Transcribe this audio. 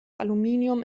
aluminium